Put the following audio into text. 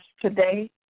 today